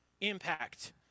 impact